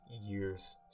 years